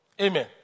amen